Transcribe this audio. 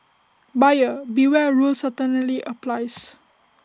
buyer beware rule certainly applies